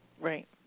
Right